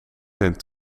zijn